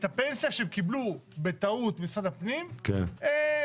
הפנסיה שהם קיבלו בטעות ממשרד הפנים לנצח,